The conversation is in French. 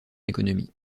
économie